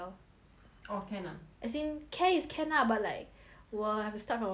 orh can ah as in can is can lah but like we'll have to start from a lower level lor